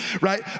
right